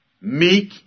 meek